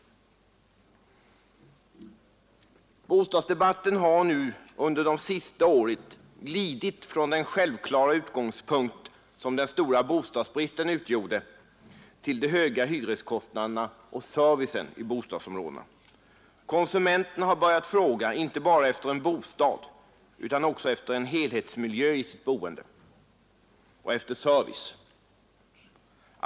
Bostadsdebatten har under de senaste åren glidit från den självklara utgångspunkt som den stora bostadsbristen utgjorde till de höga hyreskostnaderna och servicen i bostadsområdena. Konsumenterna har börjat fråga inte bara efter en bostad utan också efter en helhetsmiljö i sitt boende och efter service.